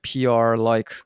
PR-like